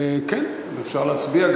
כן, אפשר להצביע.